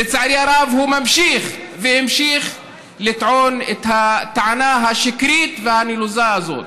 לצערי הרב הוא המשיך וממשיך לטעון את הטענה השקרית והנלוזה הזאת.